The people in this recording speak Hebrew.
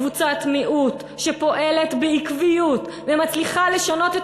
קבוצת מיעוט שפועלת בעקביות ומצליחה לשנות את